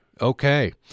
okay